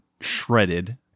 shredded